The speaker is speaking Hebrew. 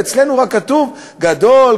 ואצלנו כתוב רק: גדול,